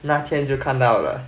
那天就看到了